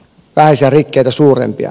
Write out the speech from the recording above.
pääsyä rikkeitä suurempia